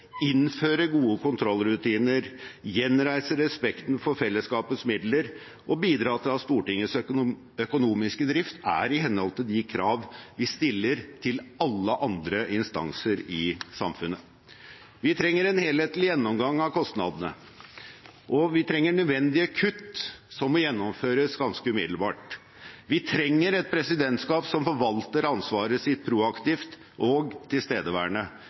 innføre gode kontrollrutiner, gjenreise respekten for fellesskapets midler og bidra til at Stortingets økonomiske drift er i henhold til de krav vi stiller til alle andre instanser i samfunnet. Vi trenger en helhetlig gjennomgang av kostnadene, og vi trenger nødvendige kutt, som må gjennomføres ganske umiddelbart. Vi trenger et presidentskap som forvalter ansvaret sitt proaktivt og tilstedeværende,